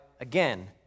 again